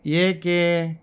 ಏಕೆ